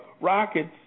Rockets